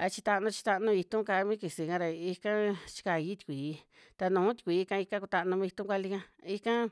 A chi ta nu chi ta nu'i itu ka'a mi kisi ka ra ika chi kai sti kuii ta nu sti kui ka ika kú ta nu mi itu kuali ka. Ikaa.